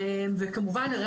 וכמובן,